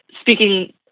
speaking